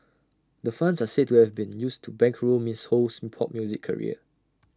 the funds are said to have been used to bankroll miss Ho's pop music career